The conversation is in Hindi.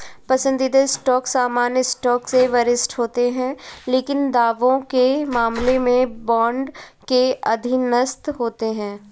पसंदीदा स्टॉक सामान्य स्टॉक से वरिष्ठ होते हैं लेकिन दावों के मामले में बॉन्ड के अधीनस्थ होते हैं